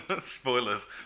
Spoilers